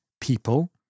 people